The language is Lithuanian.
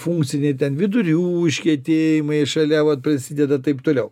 funkciniai ten vidurių užkietėjimai šalia vat prisideda taip toliau